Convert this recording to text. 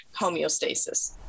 homeostasis